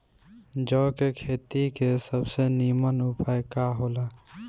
जौ के खेती के सबसे नीमन उपाय का हो ला?